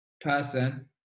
person